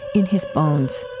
in his bones.